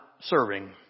serving